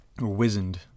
Wizened